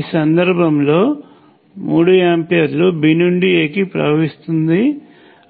ఈ సందర్భంలో 3 ఆంపియర్లు B నుండి A కి ప్రవహిస్తుంది